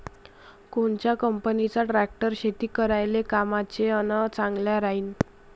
कोनच्या कंपनीचा ट्रॅक्टर शेती करायले कामाचे अन चांगला राहीनं?